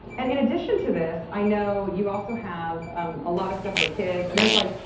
and in addition to this, i know you also have um a lot of stuff for kids and there is like,